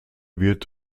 wird